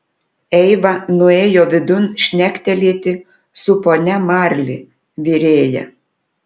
eiva nuėjo vidun šnektelėti su ponia marli virėja